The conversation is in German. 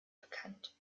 bekannt